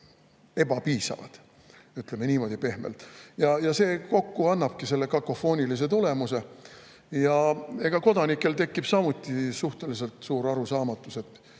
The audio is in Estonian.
ebapiisavalt, ütleme niimoodi pehmelt. See kokku annabki selle kakofoonilise tulemuse. Eks kodanikel tekib samuti suhteliselt suur arusaamatus, et